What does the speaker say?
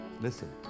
Listen